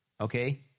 okay